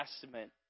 Testament